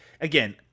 again